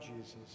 Jesus